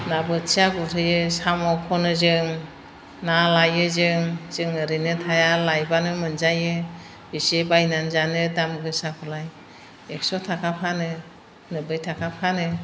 ना बोथिया गुरहैयो साम' खनो जों ना लायो जों जों ओरैनो थाया लायबानो मोनजायो बेसे बायनानै जानो दामगोसाखौलाय एकस' थाखा फानो नोब्बै थाखा फानो